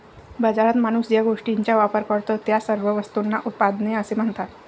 बाजारात माणूस ज्या गोष्टींचा वापर करतो, त्या सर्व वस्तूंना उत्पादने असे म्हणतात